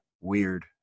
weird